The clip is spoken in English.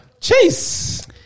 Chase